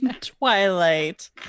Twilight